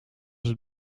het